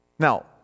Now